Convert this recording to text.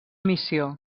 missió